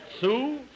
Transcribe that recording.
Sue